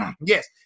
yes